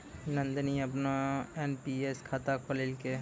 नंदनी अपनो एन.पी.एस खाता खोललकै